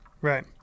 Right